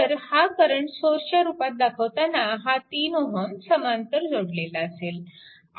तर हा करंट सोर्सच्या रूपात दाखवताना हा 3 Ω समांतर जोडलेला असेल